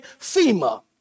FEMA